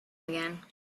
again